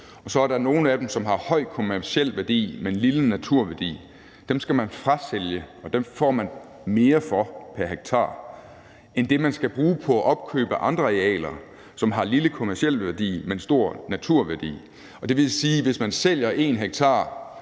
og så er der nogle af dem, som har en høj kommerciel værdi, men en lille naturværdi. Dem skal man frasælge, og dem får man mere for pr. hektar end det, man skal bruge på at opkøbe andre arealer, som har en lille kommerciel værdi, men en stor naturværdi. Det vil sige, at man, hvis man sælger 1 ha